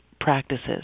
practices